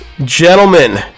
Gentlemen